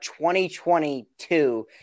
2022